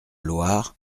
loire